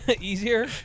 easier